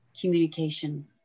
communication